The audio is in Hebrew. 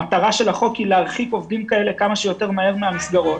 המטרה של החוק היא להרחיק עובדים כאלה כמה שיותר מהר מהמסגרות,